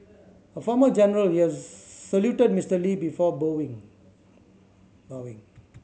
a former general he saluted Mister Lee before bowing